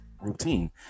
routine